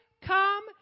come